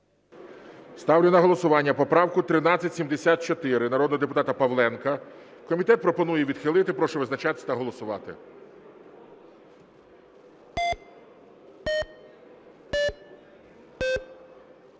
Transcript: Ставлю на голосування поправку 1374 народного депутата Павленка. Комітет пропонує відхилити. Прошу визначатись та голосувати.